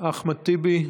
אחמד טיבי.